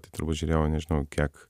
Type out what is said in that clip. tai turbūt žiūrėjau nežinau kiek